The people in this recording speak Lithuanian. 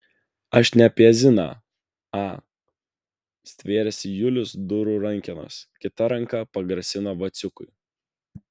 aš ne apie ziną a stvėrėsi julius durų rankenos kita ranka pagrasino vaciukui